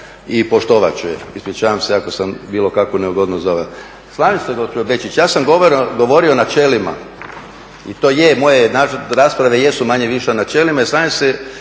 i poštovat ću je. Ispričavam se ako sam u bilo kakvu neugodnost doveo. Slažem se gospođo Bečić, ja sam govorio o načelima i to je moje, naše rasprave jesu manje-više o načelima i slažem se